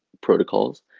protocols